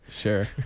Sure